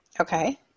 Okay